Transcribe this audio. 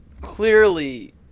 clearly